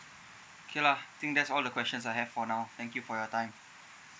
okay lah I think that's all the questions I have for now thank you for your time